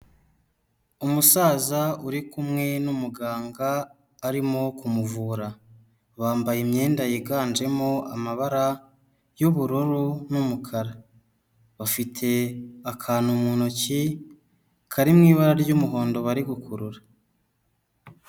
Umusaza uri kumwe n'umuganga arimo kumuvura, bambaye imyenda yiganjemo amabara y'ubururu n'umukara. Bafite akantu mu ntoki kari mu ibara ry'umuhondo bari gukurura.